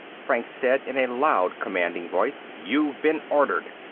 franks said in a loud, commanding voice. you've been ordered!